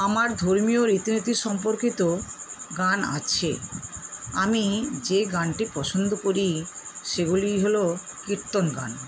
আমার ধর্মীয় রীতি নীতি সম্পর্কিত গান আছে আমি যে গানটি পছন্দ করি সেগুলি হল কীর্তন গান